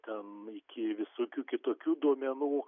ten iki visokių kitokių duomenų